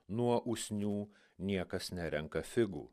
nuo usnių niekas nerenka figų